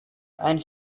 and